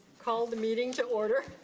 call the meeting to order.